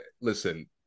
listen